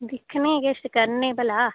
दिक्खनी किश करनी भलां